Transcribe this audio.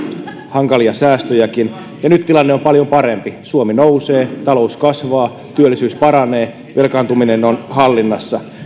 hankalia säästöjäkin ja nyt tilanne on paljon parempi suomi nousee talous kasvaa työllisyys paranee velkaantuminen on hallinnassa